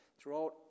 throughout